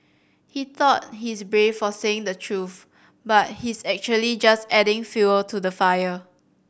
he thought he's brave for saying the truth but he's actually just adding fuel to the fire